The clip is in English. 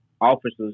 officers